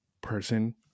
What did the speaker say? person